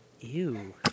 Ew